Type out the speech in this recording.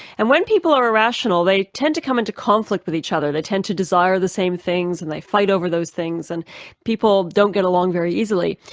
and when people are irrational, they tend to come into conflict with each other they tend to desire the same things and they fight over those things, and people don't get along very easily.